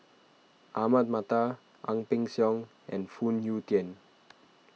Ahmad Mattar Ang Peng Siong and Phoon Yew Tien